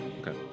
Okay